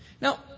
Now